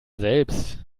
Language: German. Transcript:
selbst